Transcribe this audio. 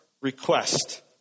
request